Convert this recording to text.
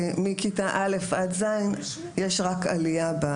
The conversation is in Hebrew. כי מכיתה א' עד ז' יש רק עלייה.